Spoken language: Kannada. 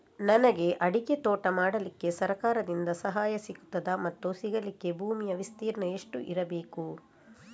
ನನಗೆ ಅಡಿಕೆ ತೋಟ ಮಾಡಲಿಕ್ಕೆ ಸರಕಾರದಿಂದ ಸಹಾಯ ಸಿಗುತ್ತದಾ ಮತ್ತು ಸಿಗಲಿಕ್ಕೆ ಭೂಮಿಯ ವಿಸ್ತೀರ್ಣ ಎಷ್ಟು ಇರಬೇಕು?